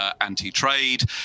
anti-trade